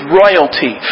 royalty